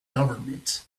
government